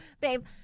babe